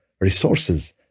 resources